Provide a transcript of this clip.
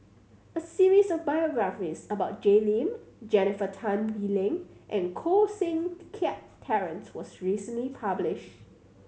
a series of biographies about Jay Lim Jennifer Tan Bee Leng and Koh Seng Kiat Terence was recently publish